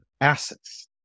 assets